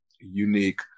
unique